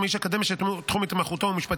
ומאיש אקדמיה שתחום התמחותו הוא משפטים.